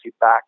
back